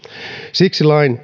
siksi lain